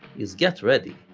is get ready,